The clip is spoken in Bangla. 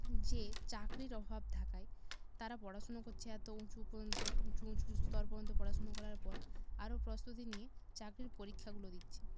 যে চাকরির অভাব থাকায় তারা পড়াশুনো করছে এত উঁচু পর্যন্ত উঁচু উঁচু স্তর পর্যন্ত পড়াশুনো করার পর আরও প্রস্তুতি নিয়ে চাকরির পরীক্ষাগুলো দিচ্ছে